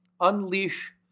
unleash